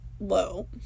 low